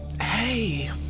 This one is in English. Hey